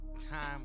time